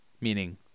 Meaning